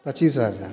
पचीस हज़ार